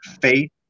faith